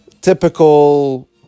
Typical